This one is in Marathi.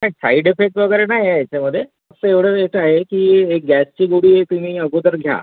नाही साईड इफेक्ट वगैरे नाही आहे याच्यामध्ये फक्त एवढं हेचं आहे की एक गॅसची गोळी तुम्ही अगोदर घ्या